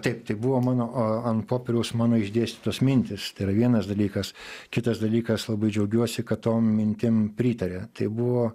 taip tai buvo mano ant popieriaus mano išdėstytos mintys tai yra vienas dalykas kitas dalykas labai džiaugiuosi kad tom mintim pritarė tai buvo